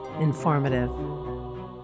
informative